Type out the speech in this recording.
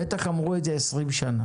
בטח אמרו את זה 20 שנה.